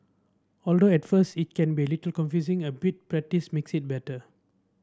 although at first it can be a little confusing a bit practice makes it better